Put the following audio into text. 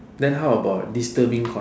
then how about disturbing con~